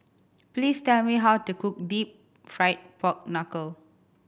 please tell me how to cook Deep Fried Pork Knuckle